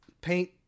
paint